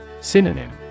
Synonym